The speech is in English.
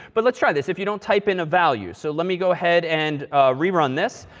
but let's try this. if you don't type in a value. so let me go ahead and rerun this.